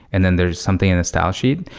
and then there's something in a style sheet.